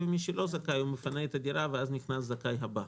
ומי שלא זכאי מפנה את הדירה ואז נכנס הזכאי הבא.